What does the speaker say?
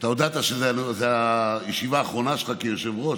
אתה הודעת שזאת הישיבה האחרונה שלך כיושב-ראש,